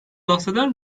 bahseder